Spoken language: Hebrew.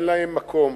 אין להם מקום.